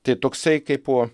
tai toksai kaip po